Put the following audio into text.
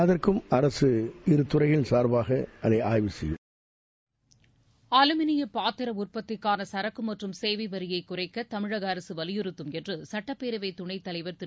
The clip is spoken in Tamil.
அதற்கும் அரசு துறை சார்பாக அதனை ஆய்வு செய்யும் அலுமினியப் பாத்திர உற்பத்திக்கான சரக்கு மற்றும் சேவை வரியை குறைக்க தமிழக அரசு வலியுறுத்தும் என்று சுட்டப்பேரவை துணைத் தலைவர் திரு